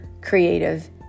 creative